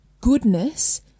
goodness